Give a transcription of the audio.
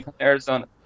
arizona